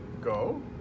go